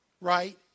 right